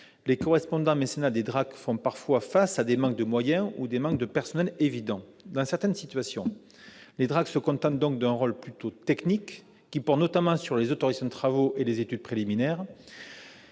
leurs correspondants mécénat font parfois face à des manques de moyens ou de personnels évidents. Dans certaines situations, les DRAC se contentent d'un rôle plutôt technique, qui porte notamment sur les autorisations de travaux et les études préliminaires.